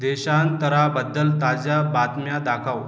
देशांतराबद्दल ताज्या बातम्या दाखव